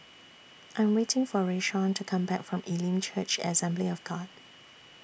I Am waiting For Rayshawn to Come Back from Elim Church Assembly of God